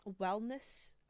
wellness